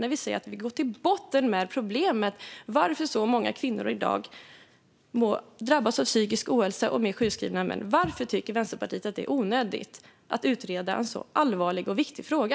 Det vi säger är att vi vill gå till botten med problemet med att så många fler kvinnor än män drabbas av psykisk ohälsa och är mer sjukskrivna i dag. Varför tycker Vänsterpartiet att det är onödigt att utreda en så allvarlig och viktig fråga?